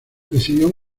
recibió